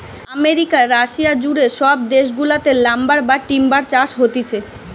America, Russia জুড়ে সব দেশ গুলাতে লাম্বার বা টিম্বার চাষ হতিছে